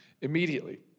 immediately